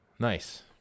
Nice